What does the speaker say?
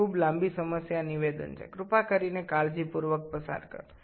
এটি বেশ দীর্ঘ সমস্যার বিবৃতি দয়াকরে মন দিয়ে দেখুন